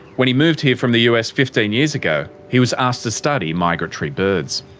when he moved here from the u. s fifteen years ago, he was asked to study migratory birds.